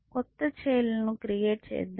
క్రొత్త ఛైల్డ్ లను క్రియేట్ చేద్దాం